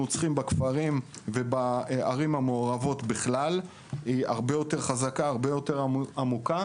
צריכים בכפרים ובערים המעורבות הם הרבה יותר חזקים ועמוקים,